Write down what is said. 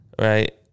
Right